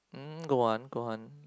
mm go on go on